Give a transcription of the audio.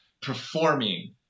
performing